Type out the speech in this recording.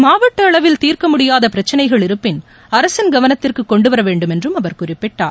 மாவட்ட அளவில் தீர்க்க முடியாத பிரக்சினைகள் இருப்பின் அரசின் கவனத்திற்கு கொண்டுவர வேண்டும் என்றும் அவர் குறிப்பிட்டார்